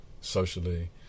socially